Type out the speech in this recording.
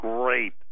Great